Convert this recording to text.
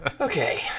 Okay